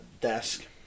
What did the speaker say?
desk